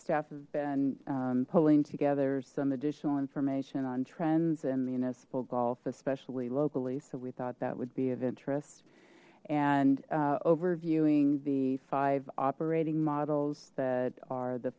staff have been pulling together some additional information on trends and municipal golf especially locally so we thought that would be of interest and over viewing the five operating models that are the